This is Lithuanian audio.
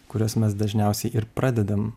kurias mes dažniausiai ir pradedam